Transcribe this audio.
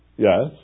Yes